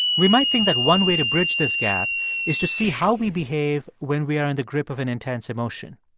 we might think that one way to bridge this gap is to see how we behave when we are in the grip of an intense emotion.